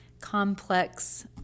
complex